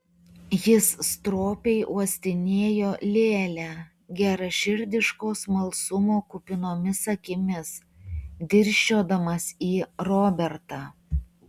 jis stropiai uostinėjo lėlę geraširdiško smalsumo kupinomis akimis dirsčiodamas į robertą